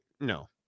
No